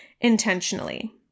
intentionally